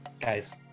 Guys